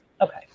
Okay